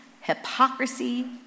hypocrisy